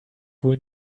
wohl